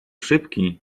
szybki